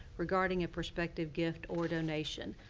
regarding a prospective gift or donation.